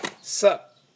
sup